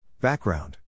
Background